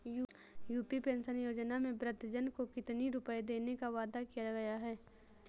UP pension योजना में वृद्धजन को कितनी रूपये देने का वादा किया गया है?